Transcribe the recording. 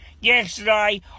yesterday